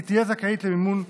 היא תהיה זכאית למימון שוטף.